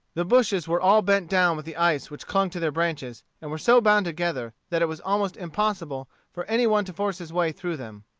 the bushes were all bent down with the ice which clung to their branches, and were so bound together that it was almost impossible for any one to force his way through them.